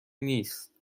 نیست